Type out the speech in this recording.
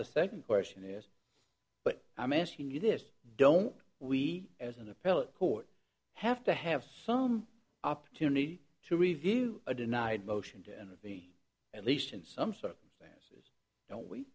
the second question is but i'm asking you this don't we as an appellate court have to have some opportunity to review a denied motion to intervene at least in some circumstances